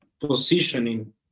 positioning